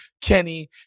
Kenny